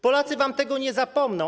Polacy wam tego nie zapomną.